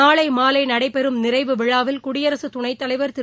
நாளைமாலைநடைபெறும் நிறைவு விழாவில் குடியரசுதுணைத் தலைவர் திரு